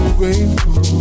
grateful